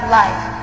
life